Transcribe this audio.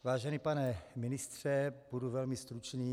Vážený pane ministře, budu velmi stručný.